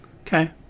Okay